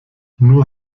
nur